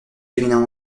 féminin